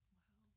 wow